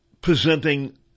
presenting